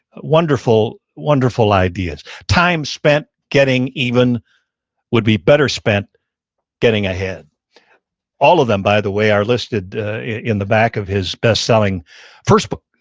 wonderful, wonderful ideas. time spent getting even would be better spent getting ahead all of them, by the way, are listed in the back of his best-selling first book,